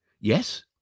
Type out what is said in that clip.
Yes